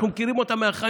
בבטן.